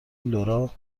لورا